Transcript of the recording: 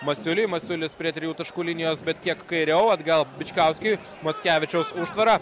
masiuliui masiulius prie trijų taškų linijos bet kiek kairiau atgal bičkauskiui mockevičiaus užtvara